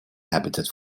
habitat